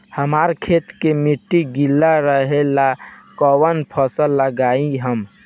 हमरा खेत के मिट्टी गीला रहेला कवन फसल लगाई हम?